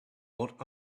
what